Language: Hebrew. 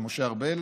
למשה ארבל,